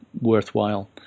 worthwhile